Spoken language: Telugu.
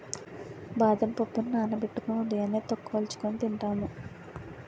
బాదం పప్పుని నానబెట్టుకొని ఉదయాన్నే తొక్క వలుచుకొని తింటాము